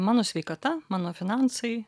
mano sveikata mano finansai